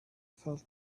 felt